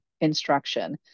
instruction